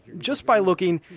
just by looking,